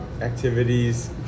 activities